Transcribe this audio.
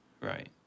right